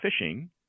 fishing